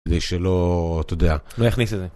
כדי שלא, אתה יודע. לא יכניס את זה.